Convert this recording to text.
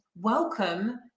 welcome